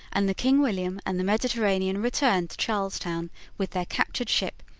and the king william and the mediterranean returned to charles town with their captured ship,